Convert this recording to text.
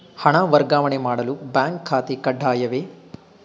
ಹಣ ವರ್ಗಾವಣೆ ಮಾಡಲು ಬ್ಯಾಂಕ್ ಖಾತೆ ಕಡ್ಡಾಯವೇ?